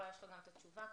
אולי יש לך גם את התשובה כאן.